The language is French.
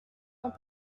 dans